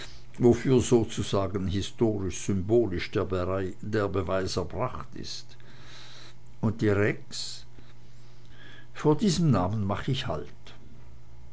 wofür sozusagen historisch symbolisch der beweis erbracht ist und die rex vor diesem namen mach ich halt